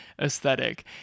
aesthetic